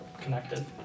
connected